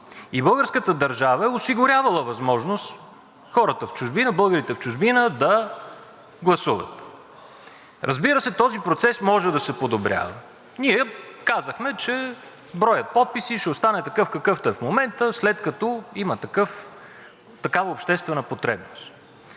и българската държава е осигурявала възможност хората в чужбина, българите в чужбина да гласуват. Разбира се, този процес може да се подобрява. Ние казахме, че броят подписи ще остане такъв, какъвто е в момента, след като има такава обществена потребност.